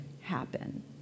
happen